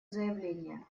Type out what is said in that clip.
заявление